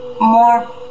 more